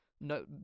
no